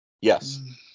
yes